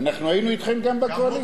אנחנו היינו אתכם גם בקואליציה.